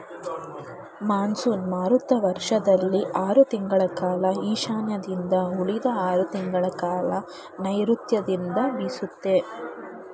monsoon ಮಾರುತ ವರ್ಷದಲ್ಲಿ ಆರ್ ತಿಂಗಳ ಕಾಲ ಈಶಾನ್ಯದಿಂದ ಉಳಿದ ಆರ್ ತಿಂಗಳಕಾಲ ನೈರುತ್ಯದಿಂದ ಬೀಸುತ್ತೆ